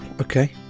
okay